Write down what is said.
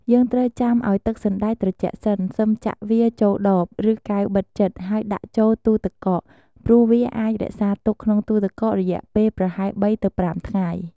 យើងត្រូវចាំឱ្យទឹកសណ្តែកត្រជាក់សិន សិមចាក់វាចូលដប ឬកែវបិទជិត ហើយដាក់ចូលទូរទឹកកក ព្រោះវាអាចរក្សាទុកក្នុងទូទឹកកករយៈពេលប្រហែល ៣ ទៅ ៥ ថ្ងៃ។